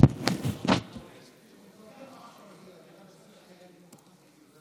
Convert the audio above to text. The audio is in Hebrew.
אני כבר אומרת: אני